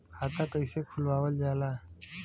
खाता कइसे खुलावल जाला?